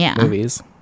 movies